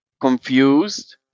confused